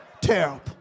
terrible